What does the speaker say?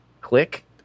click